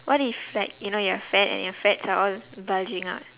what if like you know you're fat and your fats are all bulging up